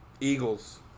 Eagles